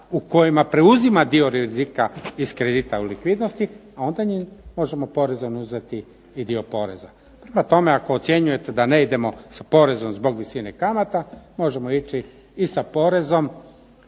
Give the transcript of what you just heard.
u kojima preuzima dio rizika iz kredita u likvidnosti, a onda im porezom uzeti i dio poreza. Prema tome, ako ocjenjujete da ne idemo sa porezom zbog visine kamata možemo ići i sa porezom